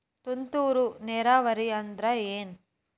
ತುಂತುರು ನೇರಾವರಿ ಅಂದ್ರ ಏನ್?